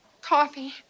Coffee